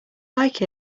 like